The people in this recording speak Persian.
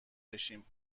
بشیم